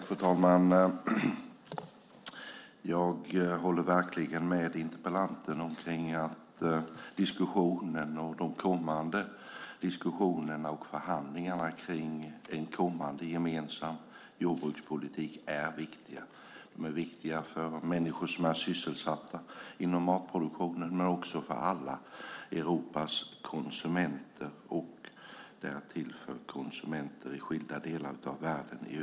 Fru talman! Jag håller med interpellanten om att diskussionen och de kommande förhandlingarna om en gemensam jordbrukspolitik är viktiga. De är viktiga för människor som är sysselsatta inom matproduktionen, för alla Europas konsumenter och för konsumenter i skilda delar av världen.